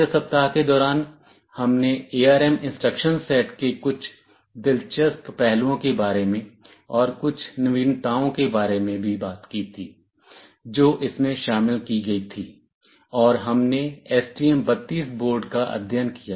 दूसरे सप्ताह के दौरान हमने एआरएम इंस्ट्रक्शन सेट के कुछ दिलचस्प पहलुओं के बारे में और कुछ नवीनताओं के बारे में बात की जो इसमें शामिल की गई थी और हमने STM32 बोर्ड का अध्ययन किया